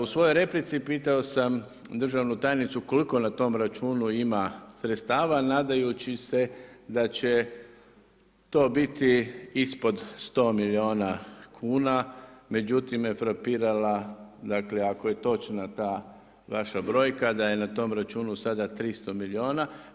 U svojoj replici, pitao sam državnu tajnicu, koliko na tom računu ima sredstava, nadajući se da će to biti ispod 100 milijuna kuna, međutim, me frapirala, dakle, ako je točna ta vaša brojka, da je na tom računu sada 300 milijuna.